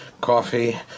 coffee